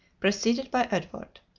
preceded by edward.